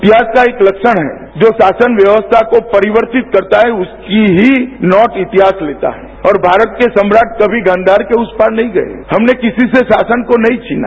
इतिहास का एक लक्षण है जो शासन व्यवस्था को परिवर्तित करता है उसकी ही नोट इतिहास लेता है और भारत के सम्राट कभी गंधार के उस पार नहीं गए हमने किसी से शासन को नहीं छीना